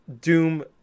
Doom